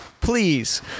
please